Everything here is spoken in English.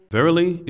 Verily